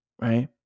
right